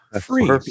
free